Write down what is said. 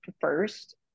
first